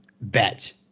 bet